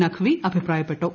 നഖ്വി അഭിപ്രായപ്പെട്ടു